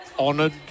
Honored